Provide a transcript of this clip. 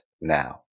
now